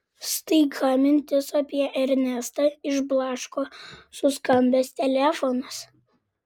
staiga mintis apie ernestą išblaško suskambęs telefonas